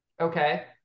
Okay